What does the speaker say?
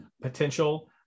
potential